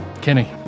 Kenny